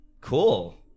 Cool